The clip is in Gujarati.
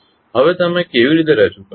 હવે તમે કેવી રીતે રજૂ કરશો